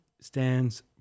stands